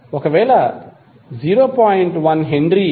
ఒకవేళ 0